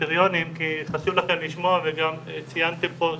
הקריטריונים כי חשוב לכם לשמוע וגם ציינתם כאן